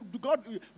God